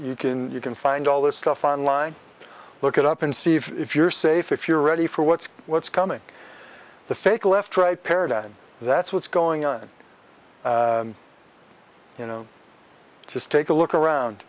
you can you can find all this stuff on line look it up and see if you're safe if you're ready for what's what's coming the fake left right paradigm that's what's going on you know just take a look around